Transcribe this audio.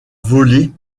voler